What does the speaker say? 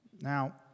Now